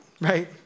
right